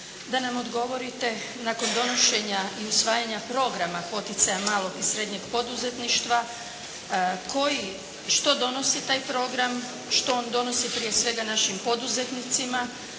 da nam odgovorite nakon donošenja i usvajanja programa poticaja malog i srednjeg poduzetništva koji, što donosi taj program, što on donosi prije svega našim poduzetnicima,